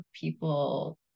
people